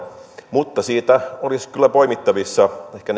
mutta siitä olisivat kyllä poimittavissa ehkä